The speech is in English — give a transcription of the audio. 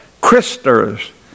Christers